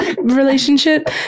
Relationship